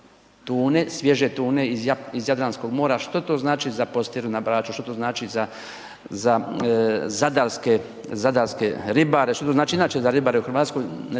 svježe tune iz Jadranskog mora. Što to znači za Postiru na Braču, što to znači za zadarske ribare, što to znači inače za ribare u Hrvatskoj?